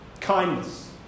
kindness